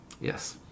Yes